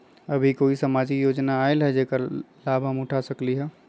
अभी कोई सामाजिक योजना आयल है जेकर लाभ हम उठा सकली ह?